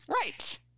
Right